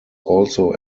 also